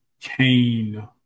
Cain